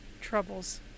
troubles